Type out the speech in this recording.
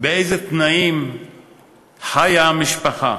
באיזה תנאים חיה המשפחה.